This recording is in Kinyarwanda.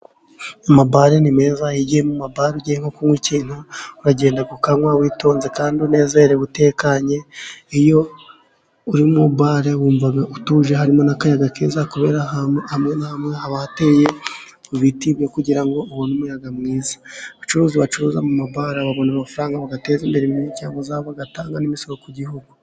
Amabare ni meza iyo ugiye mu ma bare nko kunywa ikintu uragenda ukanwa witonze kandi unezerewe, utekanye. Iyo uri mu bare wumva utuje harimo n'akayaga keza kubera hamwe na hamwe bateye ibiti byo kugira ngo ubone umuyaga mwiza. Abacuruzi bacuruza mu mabare babona amafaranga bagateza imbere imiryango yabo bagatanga n'imisoro ku gihugu.